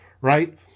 right